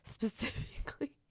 Specifically